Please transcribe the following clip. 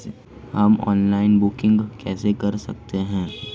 हम online banking कैसे कर सकते हैं?